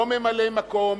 לא ממלאי-מקום,